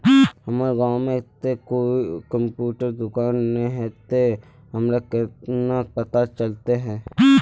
हमर गाँव में ते कोई कंप्यूटर दुकान ने है ते हमरा केना पता चलते है?